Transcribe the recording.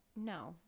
No